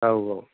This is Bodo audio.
औ औ